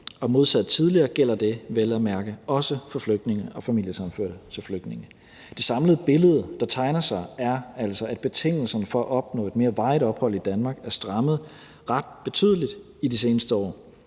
og modsat tidligere gælder det vel at mærke også for flygtninge og familiesammenførte til flygtninge. Det samlede billede, der tegner sig, er altså, at betingelserne for at opnå et mere varigt ophold i Danmark er strammet ret betydeligt i de seneste år.